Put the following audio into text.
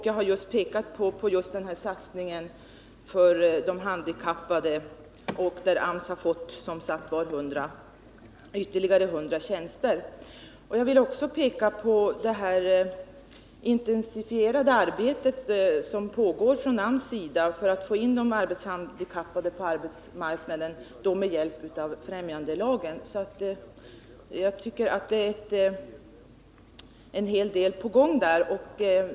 Jag har just talat om satsningen på de handikappade, där AMS har fått ytterligare 100 tjänster. Jag vill också peka på det intensifierade arbete som pågår från AMS sida för att få in de arbetshandikappade på arbetsmarknaden med hjälp av främjandelagen. Jag tycker att det är en hel del på gång.